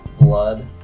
blood